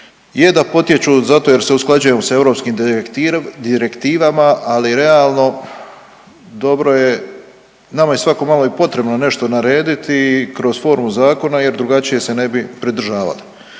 je da potječu zato jer se usklađujemo sa europskim direktivama, ali realno dobro je, nama je svako malo i potrebno nešto narediti kroz formu zakona jer drugačije se ne bi pridržavali.